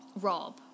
rob